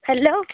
hello